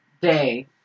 day